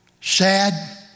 Sad